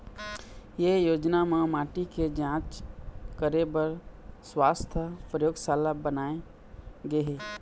ए योजना म माटी के जांच करे बर सुवास्थ परयोगसाला बनाए गे हे